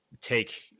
Take